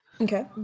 Okay